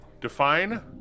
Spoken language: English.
Define